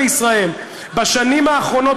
בישראל בשנים האחרונות,